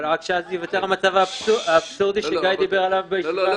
רק שאז ייווצר המצב האבסורדי שגיא דיבר עליו בישיבה הקודמת -- לא,